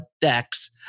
decks